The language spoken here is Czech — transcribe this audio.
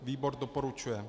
Výbor doporučuje.